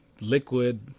liquid